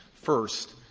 first,